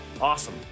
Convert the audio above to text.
Awesome